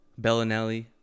Bellinelli